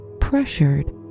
pressured